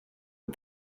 aux